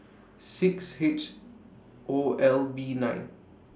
six H O L B nine